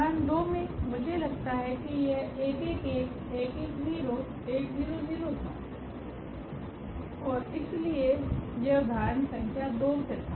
उदाहरण 2 मे मुझे लगता है कि यह था और इसलिए यह उदाहरण संख्या 2 से था